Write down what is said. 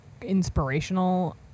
inspirational